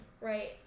right